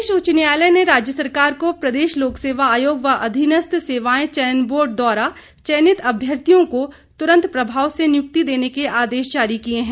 प्रदेश उच्च न्यायलय ने राज्य सरकार को प्रदेश लोकसेवा आयोग व अधीनस्थ सेवायें चयन बोर्ड द्वारा चयनित अभ्यार्थियों को त्रंत प्रभाव से नियुक्ति देने के आदेश जारी किए है